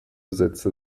sätze